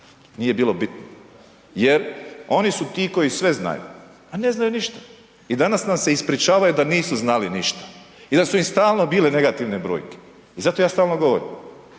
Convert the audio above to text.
Nije bilo bitno jer oni su ti koji sve znaju, a ne znaju ništa. I danas nam se ispričavaju da nisu znali ništa i da su im stalno bile negativne brojke. I zato ja stalno govorim,